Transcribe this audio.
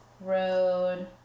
road